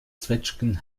zwetschgen